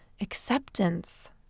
acceptance